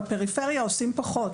בפריפריה עושים פחות.